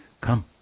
Come